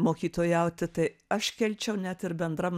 mokytojauti tai aš kelčiau net ir bendram